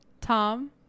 Tom